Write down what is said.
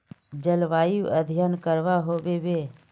जलवायु अध्यन करवा होबे बे?